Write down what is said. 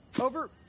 Over